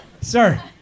Sir